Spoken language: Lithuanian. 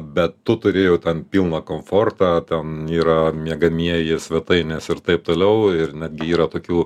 bet tu turi jau ten pilną komfortą ten yra miegamieji svetainės ir taip toliau ir netgi yra tokių